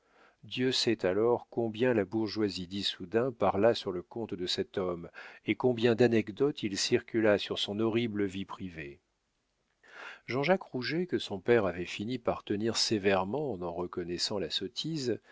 dieu sait alors combien la bourgeoisie d'issoudun parla sur le compte de cet homme et combien d'anecdotes il circula sur son horrible vie privée jean-jacques rouget que son père avait fini par tenir sévèrement en en reconnaissant la sottise